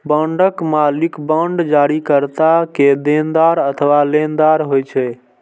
बांडक मालिक बांड जारीकर्ता के देनदार अथवा लेनदार होइ छै